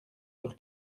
sur